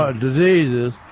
diseases